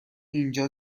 اینجا